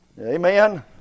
Amen